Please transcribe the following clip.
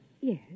Yes